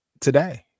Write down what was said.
today